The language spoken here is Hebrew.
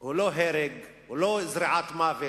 הוא לא הרג, הוא לא זריעת מוות,